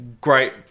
great